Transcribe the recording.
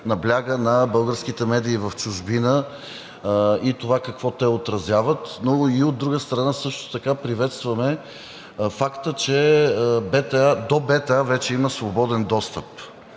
набляга на българските медии в чужбина и това какво те отразяват. Но от друга страна, също така приветстваме факта, че до БТА вече има свободен достъп,